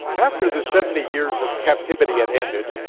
after the seventy years of captivity had ended,